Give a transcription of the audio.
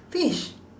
fish